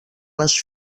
les